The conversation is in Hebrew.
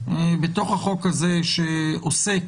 בתוך החוק הזה שעוסק